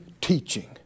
teaching